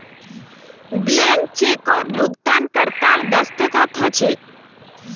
blank चेकत भुगतानकर्तार दस्तख्त ह छेक